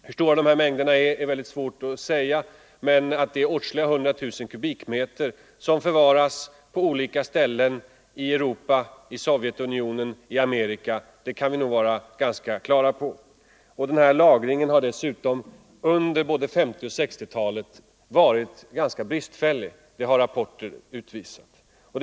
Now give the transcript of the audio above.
Hur stora dessa mängder kan vara är mycket svårt att säga, men att det rör sig om åtskilliga hundratusen kubikmeter, förvarade på olika ställen i Europa, Sovjetunionen och Ame 157 rika är uppenbart. Denna lagring har dessutom under både 1950 och 1960-talen varit bristfällig — det har rapporter utvisat.